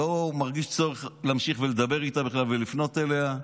כבר לא מרגיש צורך להמשיך ולדבר איתה בכלל ולפנות אליה,